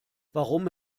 warum